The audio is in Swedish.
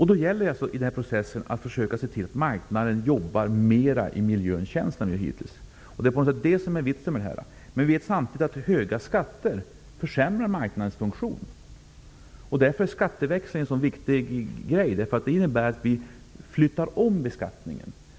I den processen gäller det att försöka se till att marknaden jobbar mer än hittills i miljöns tjänst. Det är på något sätt det som är vitsen. Vi vet emellertid samtidigt att höga skatter försämrar marknadens funktion. Därför är skatteväxlingen så viktig. Den innebär att vi flyttar om beskattningen.